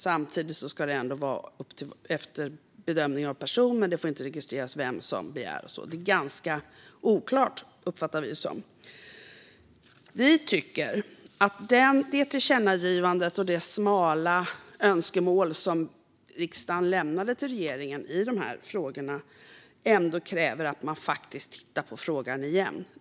Samtidigt ska det ske efter bedömning av person, men det får inte registreras vem som lämnar en begäran. Det är ganska oklart, uppfattar vi det som. Vi tycker att det tillkännagivande och det smala önskemål som riksdagen lämnat till regeringen i dessa frågor kräver att man tittar på frågan igen.